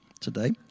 today